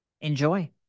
Enjoy